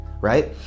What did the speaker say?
right